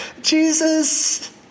Jesus